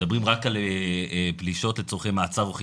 מדברים רק על פלישות לצרכי מעצר או חיפוש.